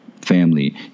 family